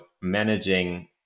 managing